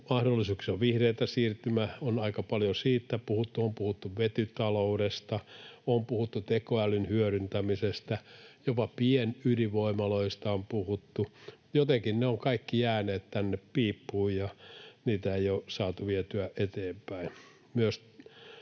mahdollisuuksia, on vihreätä siirtymää, on aika paljon siitä puhuttu, on puhuttu vetytaloudesta, on puhuttu tekoälyn hyödyntämisestä, jopa pienydinvoimaloista on puhuttu. Jotenkin ne ovat kaikki jääneet piippuun, ja niitä ei ole saatu vietyä eteenpäin.